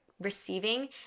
receiving